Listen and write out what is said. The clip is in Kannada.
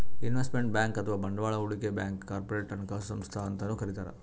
ಇನ್ವೆಸ್ಟ್ಮೆಂಟ್ ಬ್ಯಾಂಕ್ ಅಥವಾ ಬಂಡವಾಳ್ ಹೂಡಿಕೆ ಬ್ಯಾಂಕ್ಗ್ ಕಾರ್ಪೊರೇಟ್ ಹಣಕಾಸು ಸಂಸ್ಥಾ ಅಂತನೂ ಕರಿತಾರ್